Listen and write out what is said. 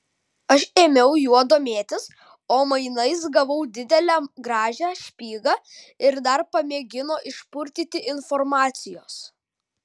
aš ėmiau juo domėtis o mainais gavau didelę gražią špygą ir dar pamėgino išpurtyti informacijos